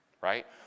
Right